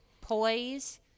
poise